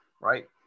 right